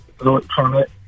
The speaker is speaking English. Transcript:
electronic